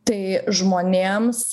tai žmonėms